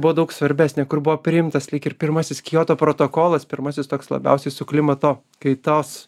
buvo daug svarbesnė kur buvo priimtas lyg ir pirmasis kioto protokolas pirmasis toks labiausiai su klimato kaitos